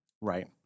Right